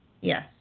Yes